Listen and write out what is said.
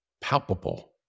palpable